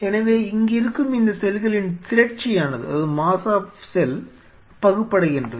எனவே இங்கிருக்கும் இந்த செல்களின் திரட்சியானது பகுப்படைகின்றது